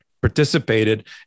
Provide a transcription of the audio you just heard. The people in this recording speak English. participated